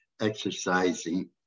exercising